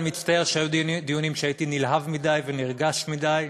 אני מצטער שהיו דיונים שהייתי נלהב מדי ונרגש מדי,